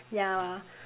ya